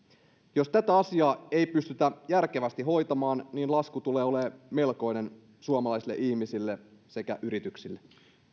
jos tätä asiaa ei pystytä järkevästi hoitamaan lasku tulee tulee olemaan melkoinen suomalaisille ihmisille sekä yrityksille